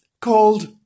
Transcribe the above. called